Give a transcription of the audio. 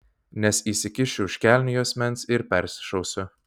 nes įsikišiu už kelnių juosmens ir persišausiu